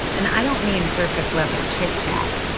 and i don't mean surface level chit-chat.